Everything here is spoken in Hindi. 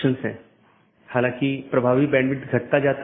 अन्यथा पैकेट अग्रेषण सही नहीं होगा